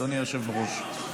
אדוני היושב-ראש.